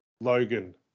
Logan